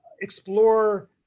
explore